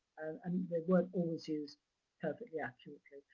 and they weren't always used perfectly accurately.